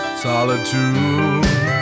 solitude